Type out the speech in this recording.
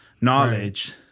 knowledge